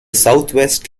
southwest